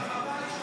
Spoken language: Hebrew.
אתרוג.